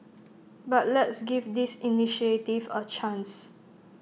but let's give this initiative A chance